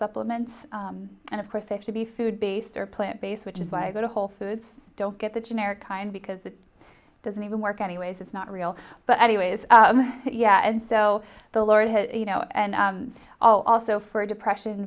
supplements and of course actually be food based or plant based which is why i go to whole foods don't get the generic kind because it doesn't even work anyways it's not real but anyways yeah and so the lord has you know and also for depression